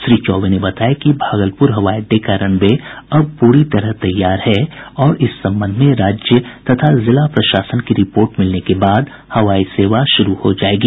श्री चौबे ने बताया कि भागलपुर हवाई अड्डे का रनवे अब पूरी तरह तैयार है और इस संबंध में राज्य तथा जिला प्रशासन की रिपोर्ट मिलने के बाद हवाई सेवा शुरू हो जायेगी